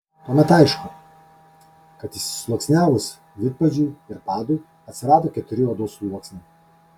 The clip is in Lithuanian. tuomet aišku kad išsisluoksniavus vidpadžiui ir padui atsirado keturi odos sluoksniai